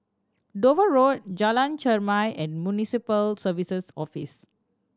Dover Road Jalan Chermai and Municipal Services Office